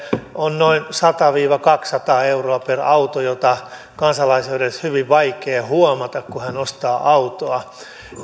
on noin sata viiva kaksisataa euroa per auto jota kansalaisen on hyvin vaikea edes huomata kun hän ostaa autoa